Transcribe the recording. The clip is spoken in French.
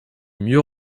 mieux